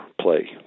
play